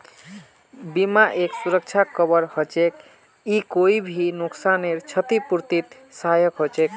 बीमा एक सुरक्षा कवर हछेक ई कोई भी नुकसानेर छतिपूर्तित सहायक हछेक